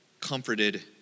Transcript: comforted